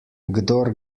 kdor